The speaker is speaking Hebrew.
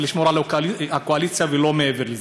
לשמור על הקואליציה ולא מעבר לזה.